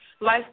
life